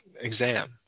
exam